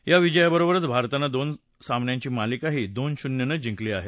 या विजयाबरोबरच भारतानं दोन सामन्यांची मालिकाही दोन शून्यनं जिंकली आहे